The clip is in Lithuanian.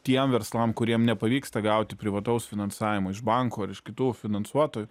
tiem verslam kuriem nepavyksta gauti privataus finansavimo iš banko ar iš kitų finansuotojų